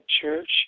church